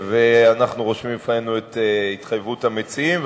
אנחנו רושמים לפנינו את התחייבות המציעים,